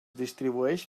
distribueix